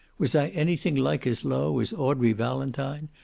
was i anything like as low as audrey valentine?